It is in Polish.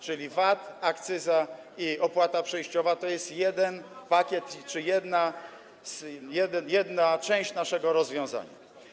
Czyli VAT, akcyza i opłata przejściowa to jest jeden pakiet czy jedna część naszego rozwiązania.